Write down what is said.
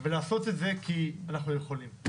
ולעשות את זה כי אנחנו יכולים.